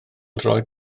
droed